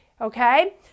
okay